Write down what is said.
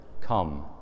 Come